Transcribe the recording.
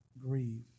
grieve